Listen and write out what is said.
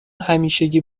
همیشگی